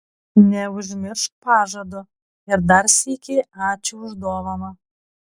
neužmiršk pažado ir dar sykį ačiū už dovaną